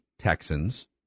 Texans